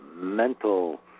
mental